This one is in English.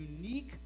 unique